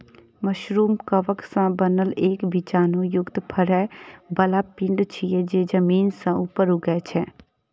mushroom कवक सं बनल एक बीजाणु युक्त फरै बला पिंड छियै, जे जमीन सं ऊपर उगै छै